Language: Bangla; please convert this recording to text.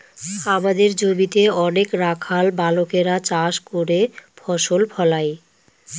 আমাদের জমিতে অনেক রাখাল বালকেরা চাষ করে ফসল ফলায়